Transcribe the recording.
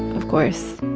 of course,